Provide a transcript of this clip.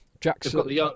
Jackson